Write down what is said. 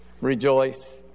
rejoice